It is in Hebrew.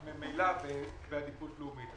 אז ממילא אתה בעדיפות לאומית.